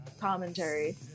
commentary